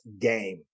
game